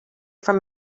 from